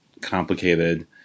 complicated